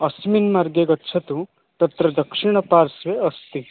अस्मिन् मार्गे गच्छतु तत्र दक्षिणपार्श्वे अस्ति